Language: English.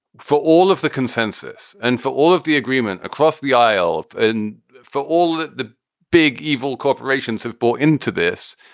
for all of the consensus and for all of the agreement across the aisle. and for all the the big evil corporations have bought into this.